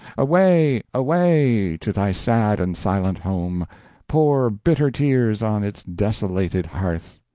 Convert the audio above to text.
away! away! to thy sad and silent home pour bitter tears on its desolated hearth.